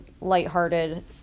lighthearted